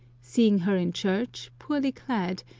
seeing her in church, poorly clad,